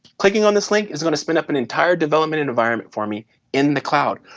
clicking on this link is going to spin up an entire development environment for me in the cloud,